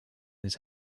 his